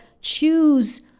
choose